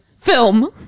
Film